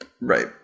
Right